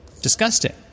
Disgusting